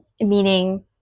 Meaning